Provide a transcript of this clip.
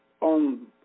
on